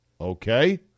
Okay